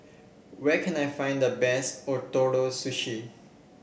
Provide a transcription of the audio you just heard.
where can I find the best Ootoro Sushi